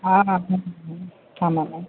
ஆமாம் மேம் ஆமாம் மேம்